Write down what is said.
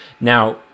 now